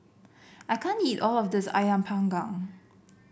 I can't eat all of this ayam panggang